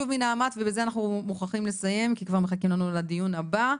שוב מנעמ"ת ובזה אנחנו מוכרחים לסיים כי כבר מחכים לנו לדיון הבא.